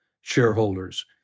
shareholders